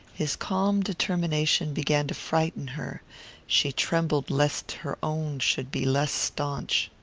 his calm determination began to frighten her she trembled lest her own should be less staunch.